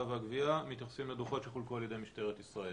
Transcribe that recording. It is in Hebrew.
והגבייה מתייחסים לדוחות שחולקו על ידי משטרת ישראל.